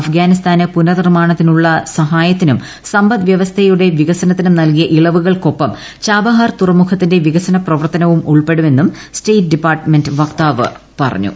അഫ്ഗാനിസ്ഥാന് പുനർനിർമാണത്തുനുുള്ള സഹായത്തിനും സമ്പദ്വൃവസ്ഥയുടെ വികസനത്തിനൂർ നൽകിയ ഇളവുകൾക്കൊപ്പം ഛാബഹാർ തുറമുഖത്തിന്റെട്ട് പികസന പ്രവർത്തനവും ഉൾപ്പെടുമെന്നും സ്റ്റേറ്റ് ഡിപ്പാർട്ട്ട്ട്മന്റ് വക്താവ് പറഞ്ഞു